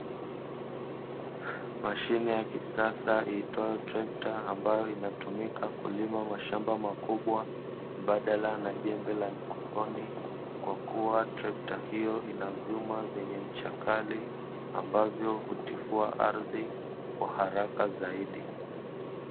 Mashine ya kisasa iitwayo trekta ambayo inatumika kulima mashamba makubwa mbadala na jembe la mkononi, kwa kuwa trekta hiyo ina vyuma vyenye ncha kali, ambavyo hutifua ardhi kwa haraka zaidi.